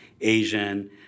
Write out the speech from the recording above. Asian